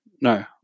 No